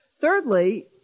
Thirdly